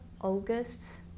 August